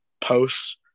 posts